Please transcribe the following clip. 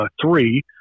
three